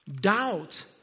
doubt